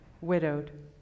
widowed